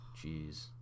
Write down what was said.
Jeez